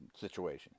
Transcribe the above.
situation